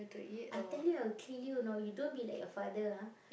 I tell you I will kill you you know you don't be like your father ah